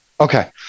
Okay